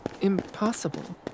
impossible